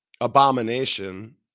abomination